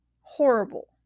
horrible